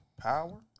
Power